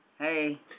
Hey